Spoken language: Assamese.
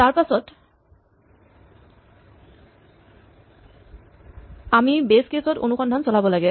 তাৰপাচত আমি বেচ কেচ ত অনুসন্ধান চলাব লাগে